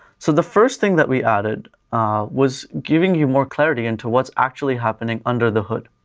so the first thing that we added was giving you more clarity into what's actually happening under the hood.